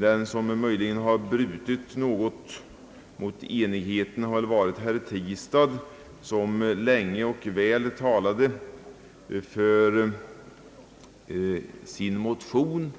Den som möjligen brutit något mot enigheten har varit herr Tistad, som länge och väl talade för sin motion.